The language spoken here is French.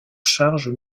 charges